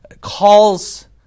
calls